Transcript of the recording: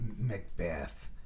Macbeth